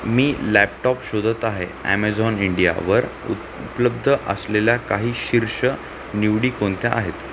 मी laptop शोधत आहे Amazon इंडियावर उत् उपलब्ध असलेल्या काही शीर्ष निवडी कोणत्या आहेत